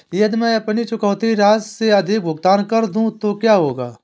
यदि मैं अपनी चुकौती राशि से अधिक भुगतान कर दूं तो क्या होगा?